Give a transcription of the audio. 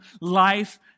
life